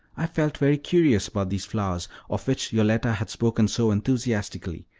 i felt very curious about these flowers, of which yoletta had spoken so enthusiastically,